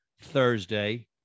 Thursday